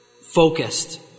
focused